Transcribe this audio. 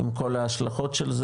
עם כל ההשלכות של זה,